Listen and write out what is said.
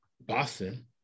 Boston